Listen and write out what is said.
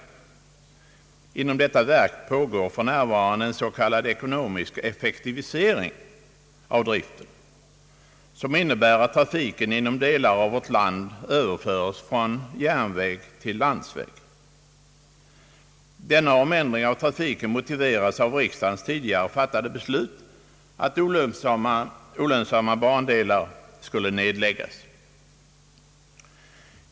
Inom detta verk pågår för närvarande en s.k. ekonomisk effektivisering av driften, som innebär att trafiken inom delar av vårt land överföres från järnväg till landsväg. Denna omändring av trafiken motiveras av riksdagens tidigare beslut att olönsamma bandelar skall nedläggas.